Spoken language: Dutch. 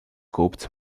koopt